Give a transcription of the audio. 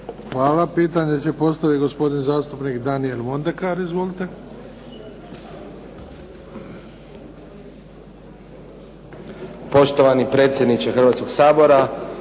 Hvala. Pitanje će postaviti gospodin zastupnik Daniel Mondekar. Izvolite. **Mondekar, Daniel (SDP)** Poštovani predsjedniče Hrvatskoga sabora,